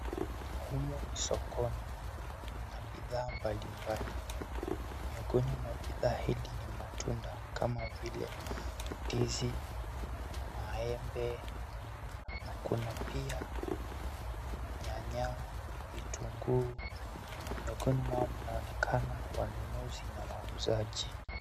Humo ni sokoni mna bidhaa mbalimbali. Miongoni mwa bidhaa hili ni matunda kama vile: ndizi, maembe, na kuna pia nyanya, vitunguu. Miongoni mwao mnaonekena wanunuzi na wauzaji.